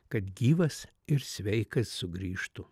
kad gyvas ir sveikas sugrįžtų